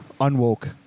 unwoke